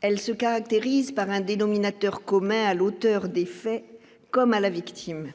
elle se caractérise par un dénominateur commun à l'auteur des faits, comme à la victime,